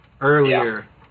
earlier